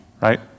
right